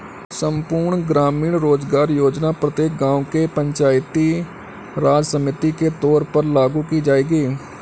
संपूर्ण ग्रामीण रोजगार योजना प्रत्येक गांव के पंचायती राज समिति के तौर पर लागू की जाएगी